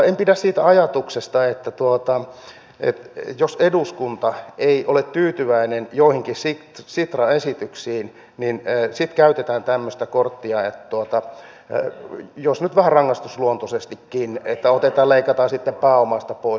en pidä siitä ajatuksesta että jos eduskunta ei ole tyytyväinen joihinkin sitran esityksiin niin sitten käytetään tämmöistä korttia että vähän rangaistusluontoisestikin otetaan ja leikataan sitten pääomasta pois